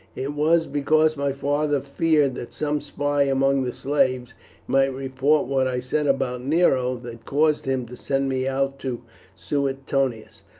it was because my father feared that some spy among the slaves might report what i said about nero that caused him to send me out to suetonius,